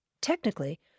Technically